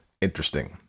interesting